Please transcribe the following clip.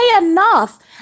enough